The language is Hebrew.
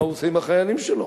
מה הוא עושה עם החיילים שלו?